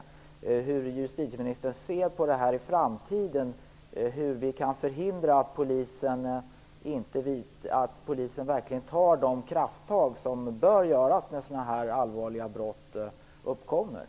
Därför undrar jag hur justitieministern ser på det här inför framtiden. Hur kan vi få polisen att verkligen ta de krafttag som bör tas när så här allvarliga brott begås?